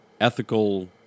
ethical